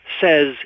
says